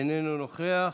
אינו נוכח.